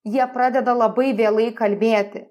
jie pradeda labai vėlai kalbėti